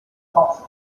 hawks